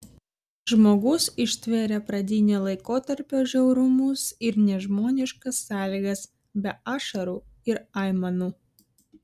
žmogus ištvėrė pradinio laikotarpio žiaurumus ir nežmoniškas sąlygas be ašarų ir aimanų